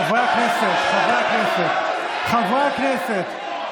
חברי הכנסת, חברי הכנסת, חברי הכנסת.